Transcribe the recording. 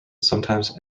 sometimes